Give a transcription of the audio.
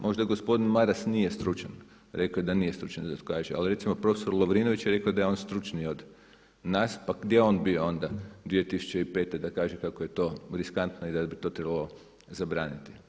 Možda gospodin Maras nije stručan, rekao je da nije stručan, ali recimo profesor Lovrinović je rekao da je on stručniji od nas, pa gdje je on bio onda 2005. da kaže kako je to riskantno i da bi to trebalo zabraniti?